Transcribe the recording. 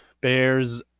Bears